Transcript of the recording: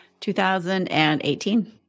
2018